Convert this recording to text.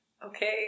Okay